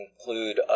include